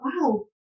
wow